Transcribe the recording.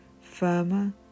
firmer